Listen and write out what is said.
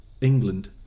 England